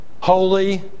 holy